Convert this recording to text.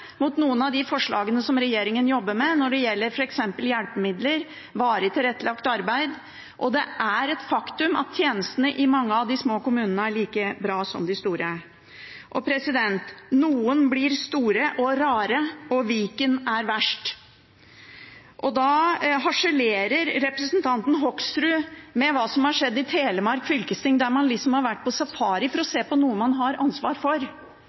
mot noen av de forslagene som regjeringen jobber med f.eks. når det gjelder hjelpemidler og varig tilrettelagt arbeid. Det er et faktum at tjenestene i mange av de små kommunene er like bra som i de store. Noen blir store og rare, og Viken er verst. Representanten Hoksrud harselerer med det som skjedde i Telemark fylkesting, der man liksom har vært på safari for å se på noe man har ansvar for.